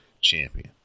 champion